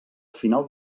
final